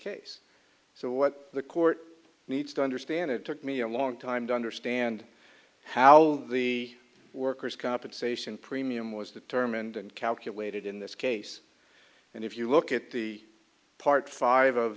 case so what the court needs to understand it took me a long time to understand how the worker's compensation premium was determined and calculated in this case and if you look at the part five of